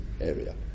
area